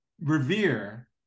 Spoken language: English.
revere